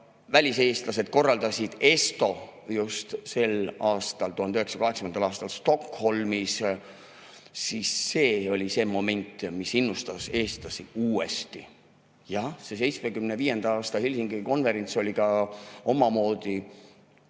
väliseestlased korraldasid ESTO just sel aastal, 1980. aastal Stockholmis, siis see oli see moment, mis innustas eestlasi uuesti. Jaa, see 1975. aasta Helsingi konverents oli ka omamoodi